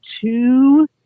two